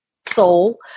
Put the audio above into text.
soul